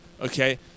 Okay